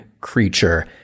creature